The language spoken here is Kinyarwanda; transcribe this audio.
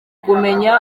kumenya